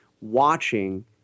watching